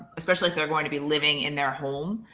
especially if they're going to be living in their home,